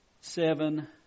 seven